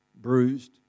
bruised